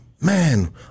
man